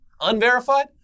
Unverified